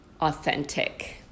authentic